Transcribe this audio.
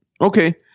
okay